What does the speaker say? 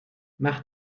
mach